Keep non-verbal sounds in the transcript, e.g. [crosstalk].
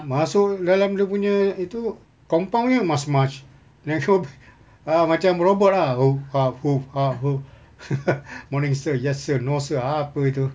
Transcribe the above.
masuk dalam dia punya itu compound jer must march uh macam robot ah [noise] [laughs] morning sir yes sir no sir apa itu